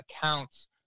accounts